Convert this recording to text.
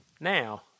Now